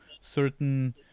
certain